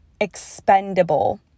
expendable